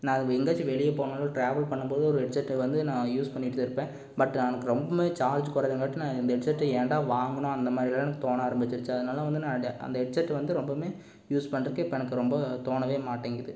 நான் எங்காயாச்சும் வெளியே போனாலும் டிராவல் பண்ணும்போது ஒரு ஹெட்செட்டை வந்து நான் யூஸ் பண்ணிட்டு தான் இருப்பேன் பட் எனக்கு ரொம்பவுமே சார்ஜ் குறையிறங்காட்டியும் நான் இந்த ஹெட்செட்டை ஏன்டா வாங்கினோம் அந்த மாதிரிலாம் எனக்கு தோண ஆரம்பிச்சிருச்சு அதனால வந்து அந்த ஹெட்செட் வந்து ரொம்பவுமே யூஸ் பண்றதுக்கு இப்போ எனக்கு ரொம்ப தோணவே மாட்டேங்குது